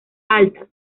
altas